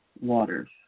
waters